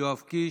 יואב קיש,